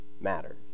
matter